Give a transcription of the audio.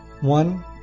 One